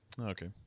Okay